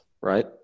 right